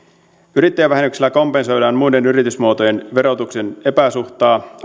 yrittäjävähennyksellä kompensoidaan muiden yritysmuotojen verotuksen epäsuhtaa